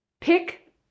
Pick